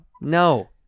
No